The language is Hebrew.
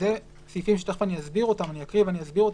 אלה סעיפים שאני אקרא ואסביר.